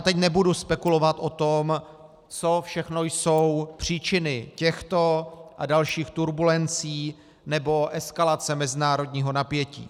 Teď nebudu spekulovat o tom, co všechno jsou příčiny těchto a dalších turbulencí nebo eskalace mezinárodního napětí.